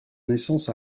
naissance